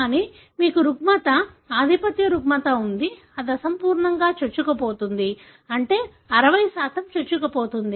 కానీ మీకు రుగ్మత ఆధిపత్య రుగ్మత ఉంది అది అసంపూర్తిగా చొచ్చుకుపోతుంది అంటే 60 చొచ్చుకుపోతుంది